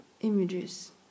images